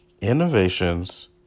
Innovations